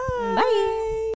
Bye